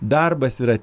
darbas yra